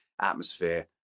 atmosphere